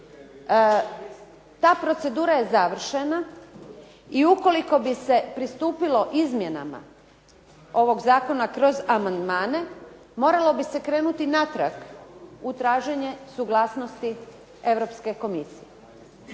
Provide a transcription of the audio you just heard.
Ta procedura je završena i ukoliko bi se pristupilo izmjenama ovog zakona kroz amandmane, moralo bi se krenuti natrag u traženje suglasnosti Europske Komisije.